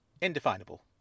indefinable